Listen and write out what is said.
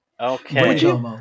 Okay